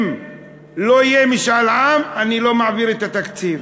אם לא יהיה משאל עם, אני לא מעביר את התקציב.